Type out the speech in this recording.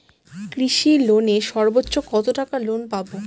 কৃষি লোনে সর্বোচ্চ কত টাকা লোন পাবো?